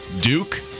Duke